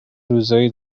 روزایی